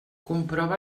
comprova